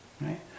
right